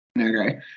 Okay